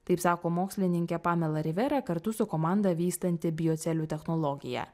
taip sako mokslininkė pamela rivera kartu su komanda vystanti biocelių technologiją